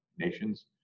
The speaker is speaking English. nations